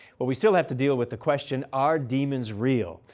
well we still have to deal with the question are demons real?